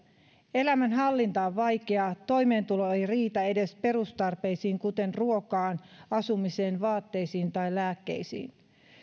elämänhallinta on vaikeaa toimeentulo ei riitä edes perustarpeisiin kuten ruokaan asumiseen vaatteisiin tai lääkkeisiin